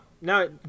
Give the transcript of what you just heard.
No